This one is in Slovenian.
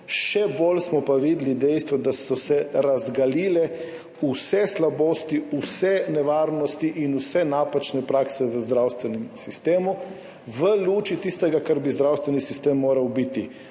še bolj smo pa videli dejstvo, da so se razgalile vse slabosti, vse nevarnosti in vse napačne prakse v zdravstvenem sistemu v luči tistega, kar bi zdravstveni sistem moral biti